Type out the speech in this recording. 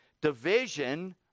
division